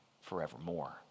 forevermore